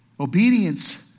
Obedience